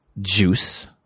juice